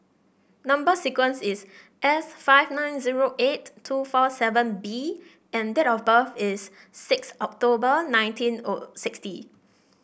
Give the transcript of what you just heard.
number sequence is S five nine zero eight two four seven B and date of birth is six October nineteen sixty